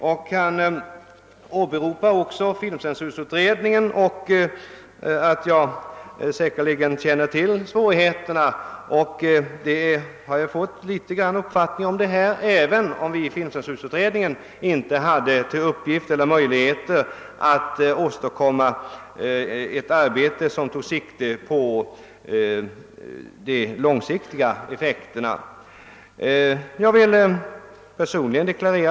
Statsrådet åberopar filmcensurutredningen och säger att jag säkerligen känner till svårigheterna. Jag har fått en liten uppfattning om dem, även om vi i filmcensurutredningen inte hade till uppgift eller hade möjlighet att bedriva ett arbete som tog sikte på effekterna på lång sikt.